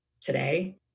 today